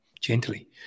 gently